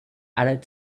added